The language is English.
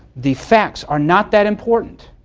the facts are not that important.